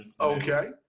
Okay